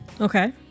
Okay